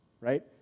Right